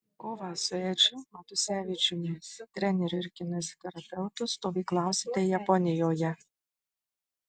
kovą su edžiu matusevičiumi treneriu ir kineziterapeutu stovyklausite japonijoje